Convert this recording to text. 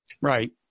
right